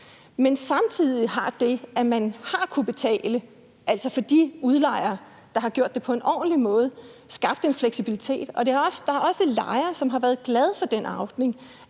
Men samtidig har det, at man har kunnet betale, altså for de udlejere, der har gjort det på en ordentlig måde, skabt en fleksibilitet, og der er også lejere, som har været glade for, at man